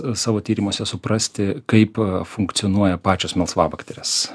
savo tyrimuose suprasti kaip funkcionuoja pačios melsvabakterės